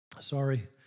sorry